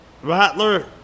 Rattler